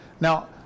Now